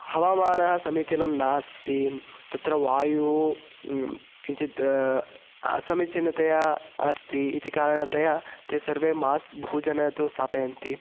हवामानः समीचीनं नास्ति तत्र वायुः किञ्चित् असमीचीनतया अस्ति इति कारणतया ते सर्वे मास्क् बहुजनाः तु स्थापयन्ति